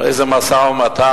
באיזה משא-ומתן,